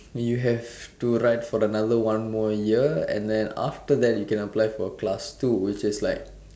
you have to ride for another one more year and then after that you can apply for class two which is like